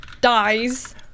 dies